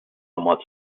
somewhat